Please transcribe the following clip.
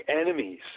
enemies